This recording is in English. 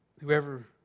Whoever